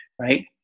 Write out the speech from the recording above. Right